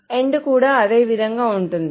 AND కూడా అదేవిధంగా ఉంటుంది